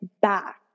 back